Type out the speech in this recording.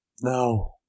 No